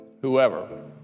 whoever